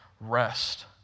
rest